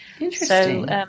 Interesting